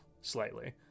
slightly